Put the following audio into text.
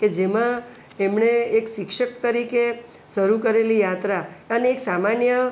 કે જેમાં એમણે એક શિક્ષક તરીકે શરૂ કરેલી યાત્રા અને એક સામાન્ય